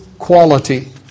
Quality